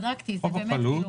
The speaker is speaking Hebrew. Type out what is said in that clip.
זה לא מחליף את ריבית פיגורים.